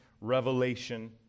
revelation